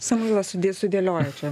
samuilas sudėliojo čia